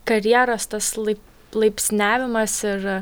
karjeros tas laip laipsniavimas ir